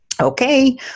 Okay